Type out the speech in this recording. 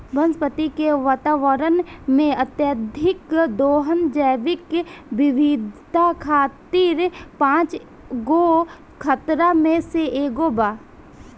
वनस्पति के वातावरण में, अत्यधिक दोहन जैविक विविधता खातिर पांच गो खतरा में से एगो बा